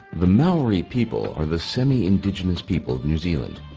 the maori people are the semi-indigenous people of new zealand.